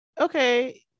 okay